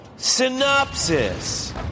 synopsis